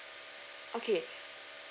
okay